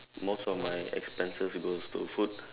most of my expenses goes to food